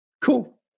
Cool